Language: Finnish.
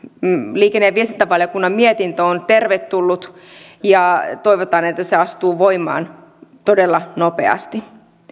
liikenne ja viestintävaliokunnan mietintö ovat tervetulleita ja toivotaan että laki astuu voimaan todella nopeasti